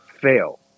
fail